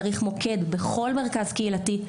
צריך מוקד בכל מרכז קהילתי,